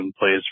plays